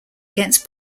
against